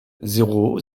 zéro